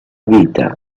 vita